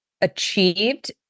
achieved